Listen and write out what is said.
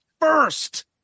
first